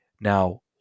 Now